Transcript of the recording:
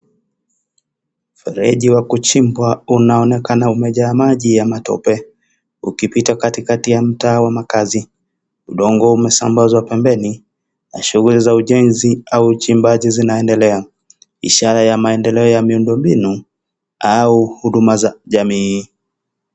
Fereji wa kuchimbwa unaonekana kujaa maji ya matope ukipita katikati ya mtaa wa makazi. Udongo umesambazwa pembeni na shuguli za ujenzi au uchimbaji zinaendelea ishara ya maendeleo ya mambo mbinu au huduma za jamii.